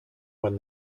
when